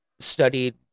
Studied